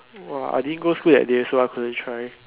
orh I didn't go school that day so I couldn't try